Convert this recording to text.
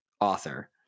author